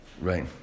Right